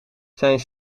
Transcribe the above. zijn